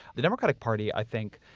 the democratic party, i think,